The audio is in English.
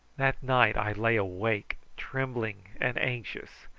that night i lay awake trembling and anxious.